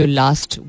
last